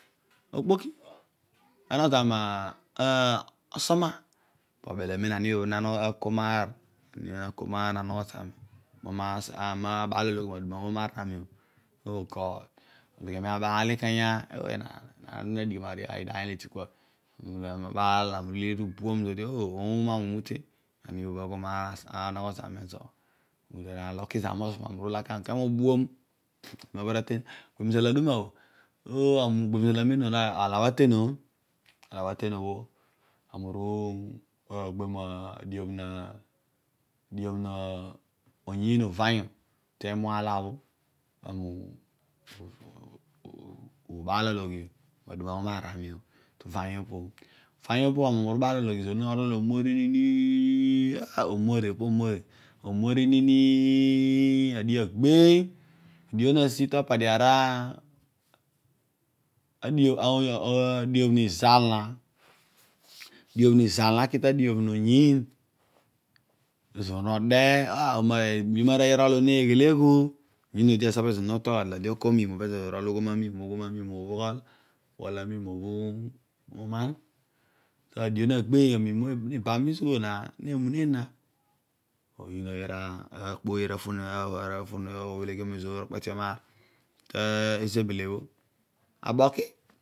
Okpoki nanogho zami ma osoma, po obel amem anibhobh nanogho zami, nako maar, nako maar, nanogho zami bho ami na baal ologhi maduna bho umar zami bho, oh god, ologhi abael ikanya, oh enaan, enaan ana udighi midiiny lidi kua, ologhi ami abaal ami ulegheri ubuom zodii oh omo ami umute kedio ani- obhobh aghol maer anogho zami mezo bho aloki, kedio ami uru ulakia kedio ami uke mo buom, aduma opo bho eru aten, igbebhiom mizal aduma bho, oghebhiom izal amem bho, ala bho aten bho ami uru, ogbiom nadiobh na, oyiin uvanyu temu ala bho ani ubaalologhi maduma bo bho umar zami bho tukanyu opo bho. Uvanyu opo bho umar ezoor ubaal ologhi, umori nini, nini omori opomori omor, nin ubhoghol amiim nobho uman so adio bho na gbiiny aniim obho ibam be isugho na, namuneen na kedio oyiin ooy aru akpooy ava phom ezoor okpetiom maar tizebele bho aboki.